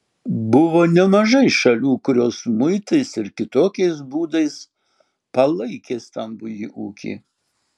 buvo nemažai šalių kurios muitais ir kitokiais būdais palaikė stambųjį ūkį